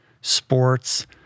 sports